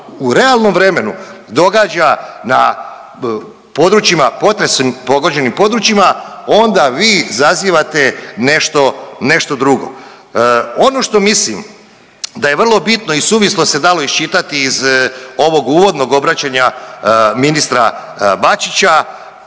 u realnom vremenu događa na područjima, potresom pogođenim područjima onda vi zazivate nešto, nešto drugo. Ono što mislim da je vrlo bitno i suvislo se dalo iščitati iz ovog uvodnog obraćanja ministra Bačića,